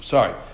Sorry